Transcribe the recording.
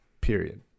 period